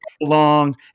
long